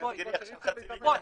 --- תסגרי עכשיו חצי מדינה.